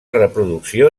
reproducció